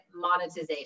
monetization